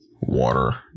water